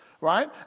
Right